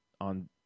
on